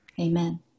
Amen